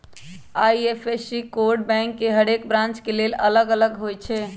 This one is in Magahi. आई.एफ.एस.सी कोड बैंक के हरेक ब्रांच के लेल अलग अलग होई छै